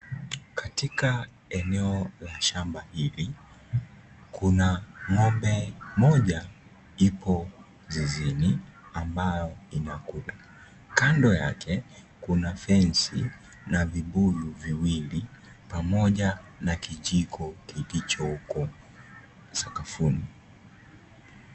Katika eneo la shamba hili, kuna ngombe moja iko zizini ambayo inakula. Kando yake kuna fensi na vibuyu viwili pamoja na kijiko kilichoko sakafuni.